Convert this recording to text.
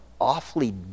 awfully